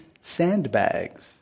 sandbags